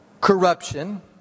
corruption